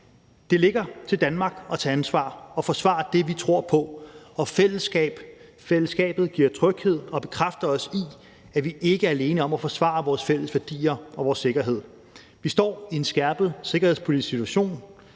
Det ligger til Danmark at tage ansvar og forsvare det, vi tror på, og fællesskabet giver tryghed og bekræfter os i, at vi ikke er alene om at forsvare vores fælles værdier og vores sikkerhed. Vi står i en skærpet sikkerhedspolitisk situation.